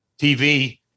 TV